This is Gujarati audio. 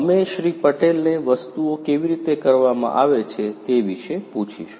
અમે શ્રી પટેલને વસ્તુઓ કેવી રીતે કરવામાં આવે છે તે વિશે પૂછીશું